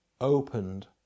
opened